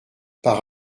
par